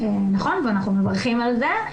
נכון, ואנחנו מברכים על זה.